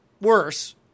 worse